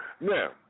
Now